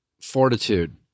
Fortitude